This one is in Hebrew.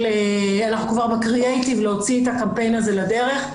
אנחנו כבר בקריאייטיב להוציא את הקמפיין הזה לדרך,